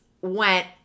went